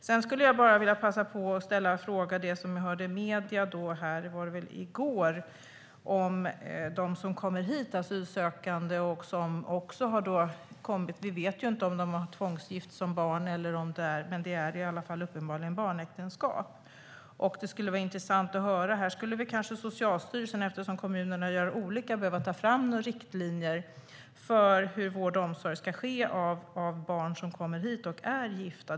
Sedan skulle jag vilja ställa en fråga. I medierna hörde vi i går om asylsökande barn som är gifta. Vi vet inte om de har blivit tvångsgifta som barn eller inte, men det handlar uppenbarligen om barnäktenskap. Här skulle kanske Socialstyrelsen behöva ta fram riktlinjer eftersom kommunerna gör olika.